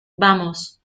vamos